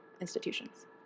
institutions